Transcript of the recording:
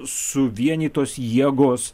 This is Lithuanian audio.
suvienytos jėgos